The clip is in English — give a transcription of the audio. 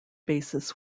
basis